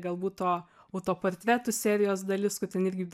galbūt to autoportretų serijos dalis kur ten irgi